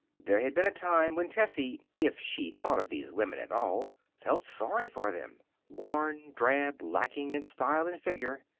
there had been a time when tessie, if she thought of these women at all, felt sorry for them worn, drab, lacking in style and figure.